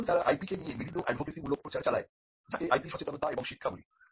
এখন তারা IPকে নিয়ে বিভিন্ন অ্যাডভোকেসি মূলক প্রচার চালায় যাকে IPসচেতনতা এবং শিক্ষা বলি